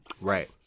Right